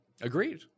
Agreed